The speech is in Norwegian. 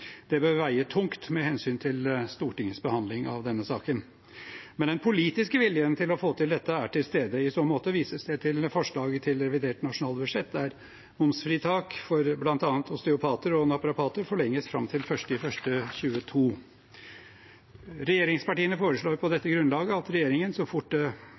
Det bør veie tungt med hensyn til Stortingets behandling av denne saken. Men den politiske viljen til å få til dette er til stede. I så måte vises det til forslaget til revidert nasjonalbudsjett, der momsfritak for bl.a. osteopater og naprapater forlenges fram til 1. januar 2022. Regjeringspartiene foreslår på dette grunnlag at regjeringen, så fort det